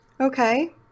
Okay